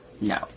no